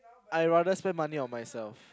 I rather spend money on myself